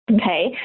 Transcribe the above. okay